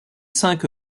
cinq